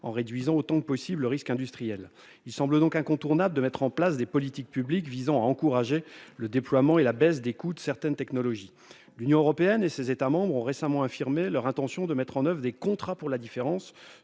de réduire autant que possible le risque industriel. Il semble donc incontournable de mettre en place des politiques publiques visant à encourager le déploiement et la baisse de coûts de certaines technologies. L'Union européenne et ses États membres ont récemment réaffirmé leur intention de mettre en oeuvre des contrats pour la différence,